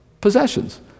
Possessions